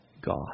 God